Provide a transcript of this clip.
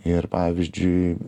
ir pavyzdžiui